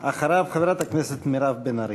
אחריו, חברת הכנסת מירב בן ארי.